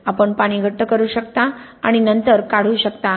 आपण पाणी घट्ट करू शकता आणि नंतर आपण ते काढू शकता